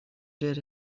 did